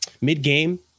mid-game